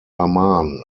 amman